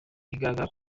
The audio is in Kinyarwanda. bigaragara